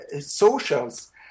Socials